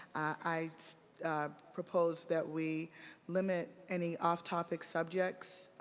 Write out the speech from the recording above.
i propose that we limited any off topic subjects